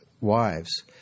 wives